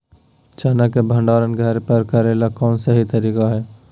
चना के भंडारण घर पर करेले कौन सही तरीका है?